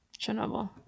Chernobyl